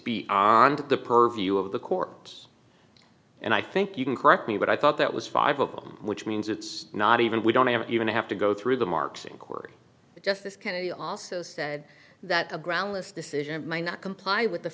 the purview of the courts and i think you can correct me but i thought that was five of them which means it's not even we don't even have to go through the marks in court justice kennedy also said that a groundless decision of my not comply with the